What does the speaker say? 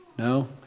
No